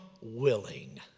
willing